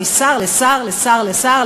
משר לשר לשר לשר,